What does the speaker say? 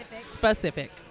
Specific